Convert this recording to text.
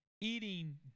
eating